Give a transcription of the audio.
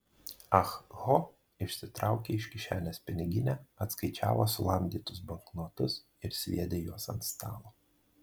ah ho išsitraukė iš kišenės piniginę atskaičiavo sulamdytus banknotus ir sviedė juos ant stalo